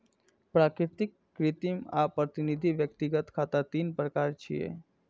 प्राकृतिक, कृत्रिम आ प्रतिनिधि व्यक्तिगत खाता तीन प्रकार छियै